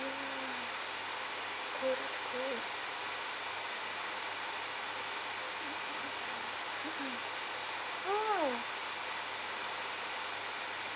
oh